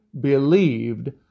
believed